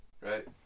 Right